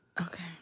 Okay